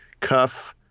cuff –